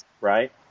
right